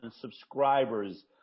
subscribers